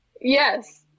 Yes